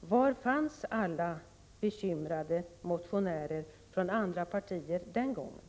Var fanns alla bekymrade motionärer från andra partier den gången?